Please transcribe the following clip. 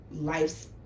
life's